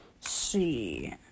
see